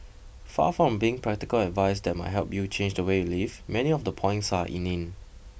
far from being practical advice that might help you change the way you live many of the points are inane